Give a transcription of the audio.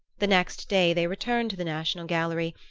the next day they returned to the national gallery,